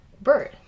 bird